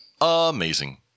amazing